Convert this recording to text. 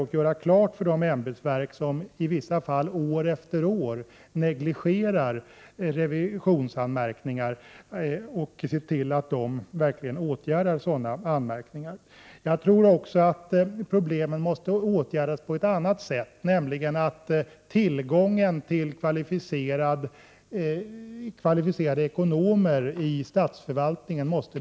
Man måste se till att de ämbetsverk som i vissa fall år efter år negligerar revisionsanmärkningar verkligen vidtar åtgärder med anledning av anmärkningarna. Jag tror också att problemen måste åtgärdas på ett annat sätt, nämligen genom att tillgången på kvalificerade ekonomer måste bli större i statsförvaltningen.